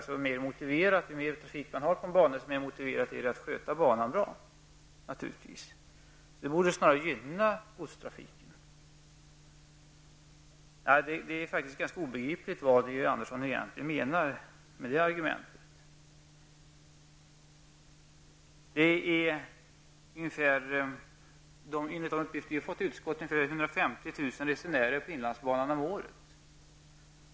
Ju mer trafik man har på en bana desto mer motiverat är det naturligtvis att sköta banan bra. Det borde alltså snarare gynna godstrafiken. Det är faktiskt ganska obegripligt vad Georg Andersson egentligen menar med det argumentet. Enligt de uppgifter vi har fått i utskottet är det ungefär 150 000 resenärer om året på inlandsbanan.